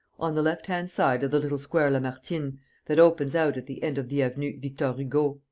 on the left-hand side of the little square lamartine that opens out at the end of the avenue victor-hugo.